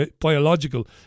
biological